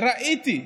ראיתי.